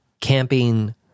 camping